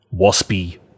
waspy